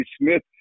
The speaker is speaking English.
Smith